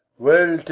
well,